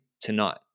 tonight